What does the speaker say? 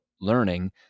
learning